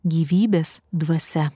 gyvybės dvasia